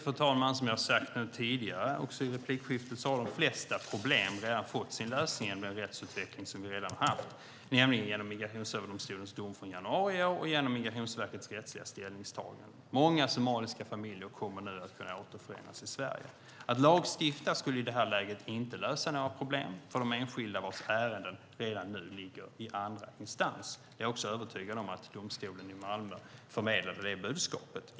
Fru talman! Som jag har sagt här tidigare, också i replikskifte, har de flesta problem redan fått sin lösning genom den rättsutveckling som vi redan har haft, nämligen genom Migrationsöverdomstolens dom från januari i år och genom Migrationsverkets rättsliga ställningstagande. Många somaliska familjer kommer nu att kunna återförenas i Sverige. Att lagstifta skulle i det här läget inte lösa några problem för de enskilda vars ärenden redan nu ligger i andra instans. Jag är också övertygad om att domstolen i Malmö förmedlade det budskapet.